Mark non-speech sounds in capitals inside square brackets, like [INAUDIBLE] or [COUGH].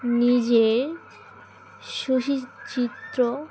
নিজের [UNINTELLIGIBLE] চিত্র